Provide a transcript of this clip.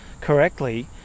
correctly